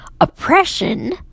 oppression